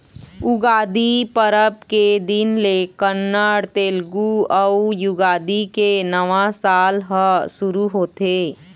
उगादी परब के दिन ले कन्नड़, तेलगु अउ युगादी के नवा साल ह सुरू होथे